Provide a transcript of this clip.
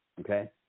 Okay